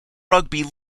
rugby